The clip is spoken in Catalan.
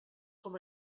com